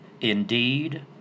indeed